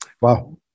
Wow